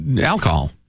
Alcohol